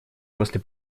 после